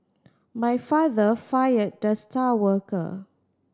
my father fired the star worker